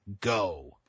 go